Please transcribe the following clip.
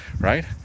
right